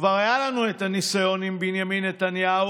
שכבר היה לנו את הניסיון עם בנימין נתניהו,